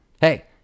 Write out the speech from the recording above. hey